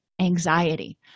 anxiety